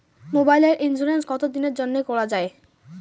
মোবাইলের ইন্সুরেন্স কতো দিনের জন্যে করা য়ায়?